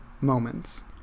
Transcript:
moments